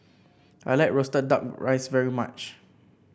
I like roasted duck rice very much